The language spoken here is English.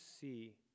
see